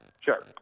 Sure